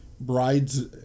brides